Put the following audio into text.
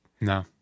No